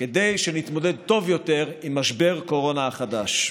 כדי שנתמודד טוב יותר עם משבר קורונה החדש.